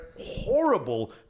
horrible